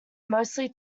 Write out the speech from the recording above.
mostly